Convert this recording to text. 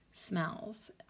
Smells